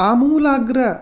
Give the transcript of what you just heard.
आमूलाग्र